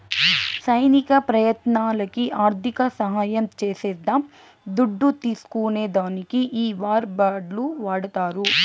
సైనిక ప్రయత్నాలకి ఆర్థిక సహాయం చేసేద్దాం దుడ్డు తీస్కునే దానికి ఈ వార్ బాండ్లు వాడతారు